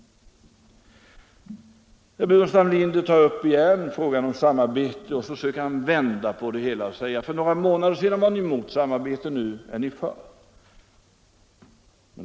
Herr Burenstam Linder tar återigen upp frågan om samarbete, och han försöker nu vända på det hela genom att säga att vi för några månader sedan var emot samarbete men att vi nu är för ett samarbete.